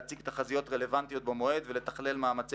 ובכלל זה להפיק ולהציג תחזיות רלוונטיות במועדן ולתכלל מאמצי